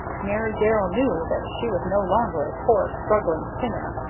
mary darrell knew that she was no longer a poor, struggling singer,